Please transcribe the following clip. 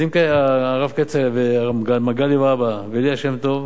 הרב כצל'ה, מגלי והבה וליה שמטוב,